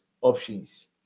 options